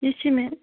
یہِ چھُے مےٚ